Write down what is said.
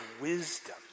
wisdom